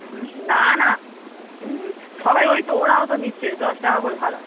হুম না না সবাই ওই তো ওরাও তো নিচ্ছে দশ টাকা করে ভাড়া